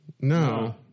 No